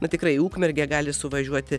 na tikrai į ukmergę gali suvažiuoti